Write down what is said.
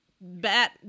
bat